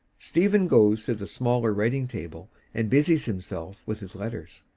stephen goes to the smaller writing table and busies himself with his letters.